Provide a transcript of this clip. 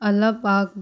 اللہ پاک